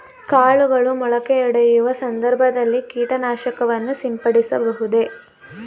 ಕಾಳುಗಳು ಮೊಳಕೆಯೊಡೆಯುವ ಸಂದರ್ಭದಲ್ಲಿ ಕೀಟನಾಶಕವನ್ನು ಸಿಂಪಡಿಸಬಹುದೇ?